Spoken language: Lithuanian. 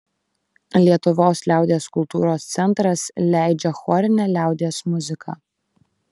lietuvos liaudies kultūros centras leidžia chorinę liaudies muziką